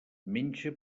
menja